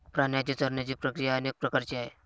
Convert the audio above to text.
प्राण्यांची चरण्याची प्रक्रिया अनेक प्रकारची आहे